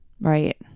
right